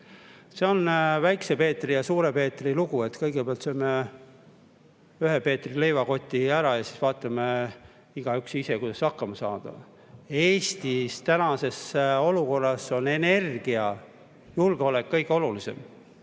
See on väikse Peetri ja suure Peetri lugu. Kõigepealt sööme ühe Peetri leivakotist [leiva] ära ja siis vaatame igaüks ise, kuidas hakkama saada. Eesti praeguses olukorras on energiajulgeolek kõige olulisem.